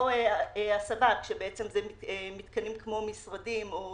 או, הסבה, שזה מתקנים כמו משרדים או